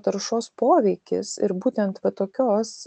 taršos poveikis ir būtent tokios